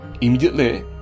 Immediately